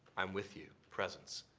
i'm with you. presence.